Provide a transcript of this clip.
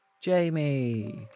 Jamie